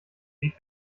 weg